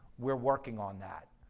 we're working on that.